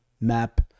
map